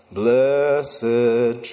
blessed